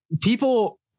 People